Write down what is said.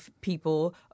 people